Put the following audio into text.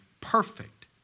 perfect